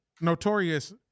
notorious